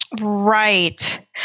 Right